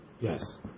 Yes